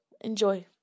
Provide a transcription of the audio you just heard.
Enjoy